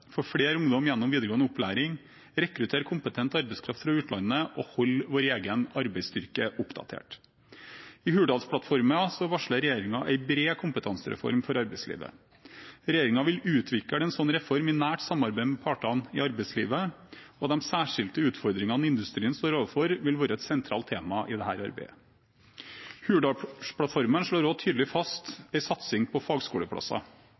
flere ungdom gjennom videregående opplæring, rekruttere kompetent arbeidskraft fra utlandet og holde vår egen arbeidsstyrke oppdatert. I Hurdalsplattformen varsler regjeringen en bred kompetansereform for arbeidslivet. Regjeringen vil utvikle en slik reform i nært samarbeid med partene i arbeidslivet, og de særskilte utfordringene industrien står overfor, vil være et sentralt tema i dette arbeidet. Hurdalsplattformen slår også tydelig fast en satsing på fagskoleplasser.